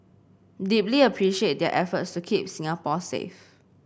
deeply appreciate their efforts to keep Singapore safe